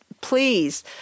Please